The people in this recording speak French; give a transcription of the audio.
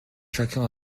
chacun